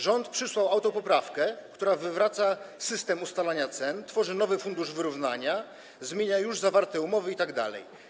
Rząd przysłał autopoprawkę, która wywraca system ustalania cen, tworzy nowy fundusz wyrównania, zmienia już zawarte umowy itd.